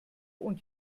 und